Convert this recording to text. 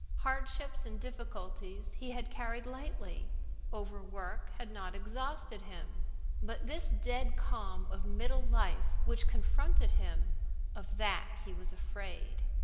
hardships and difficulties he had carried lightly overwork had not exhausted him but this dead calm of middle life which confronted him of that he was afraid.